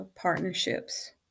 partnerships